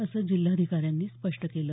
असं जिल्हाधिकारी यांनी स्पष्ट केलं